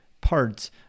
parts